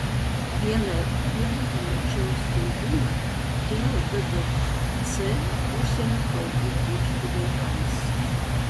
vieną dieną pamačiau skelbimą dėl bbc užsienio kalbų kursų vaikams